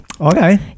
Okay